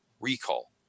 recall